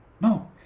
No